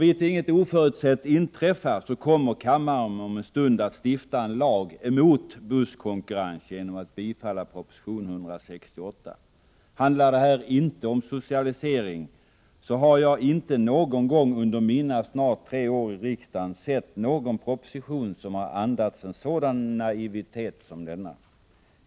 Såvitt inget oförutsett inträffar kommer kammaren om en stund att stifta en lag emot busskonkurrens genom att bifalla proposition 168. Handlar inte detta om socialisering, så har jag inte någon gång under mina snart tre år i riksdagen sett någon proposition som andats en sådan naivitet som denna.